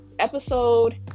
episode